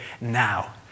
now